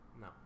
No